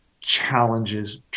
challenges